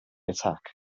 attack